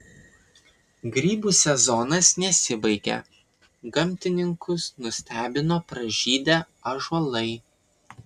grybų sezonas nesibaigia gamtininkus nustebino pražydę ąžuolai